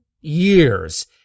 years